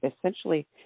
essentially